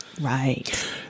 Right